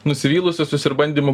nusivylusiuosius ir bandymu